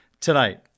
tonight